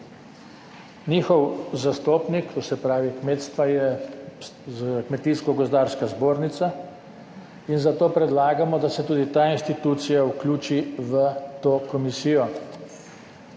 Njihov zastopnik, to se pravi kmetstva, je Kmetijsko gozdarska zbornica in zato predlagamo, da se tudi ta institucija vključi v to komisijo.